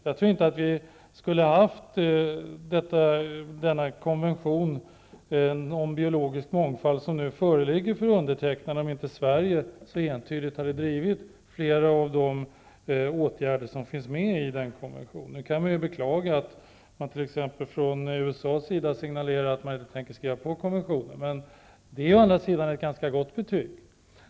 Jag tror inte att vi hade fått fram den konvention om biologisk mångfald som nu ligger för undertecknande om inte Sverige så entydigt varit pådrivande när det gäller flera av de åtgärder som finns med i konventionen. Det är att beklaga att man t.ex. från USA har signalerat att man inte tänker skriva på konventionen. Det är å andra sidan ett ganska gott betyg.